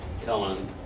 telling